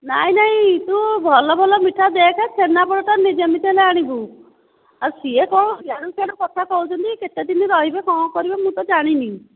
ନାଇଁ ନାଇଁ ତୁ ଭଲ ଭଲ ମିଠା ଦେଖେ ଛେନାପୋଡ଼ଟା ଯେମିତି ହେଲେ ଆଣିବୁ ଆଉ ସେ କେଉଁ ଇଆଡ଼ୁ ସିଆଡ଼ୁ କଥା କହୁଛନ୍ତି କେତେ ଦିନ ରହିବେ କ'ଣ କରିବେ ମୁଁ ତ ଜାଣିନି